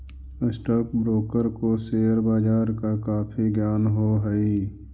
stock broker को share बाजार का काफी ज्ञान हो हई